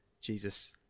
Jesus